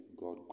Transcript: God